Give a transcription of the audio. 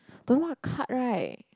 don't know what card right